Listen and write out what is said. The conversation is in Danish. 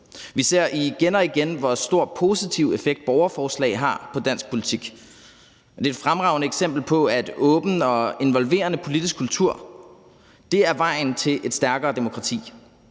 Vi ser igen og igen, hvor stor positiv effekt borgerforslag har på dansk politik, og det er et fremragende eksempel på, at en åben og involverende politisk kultur er vejen til et stærkere demokrati.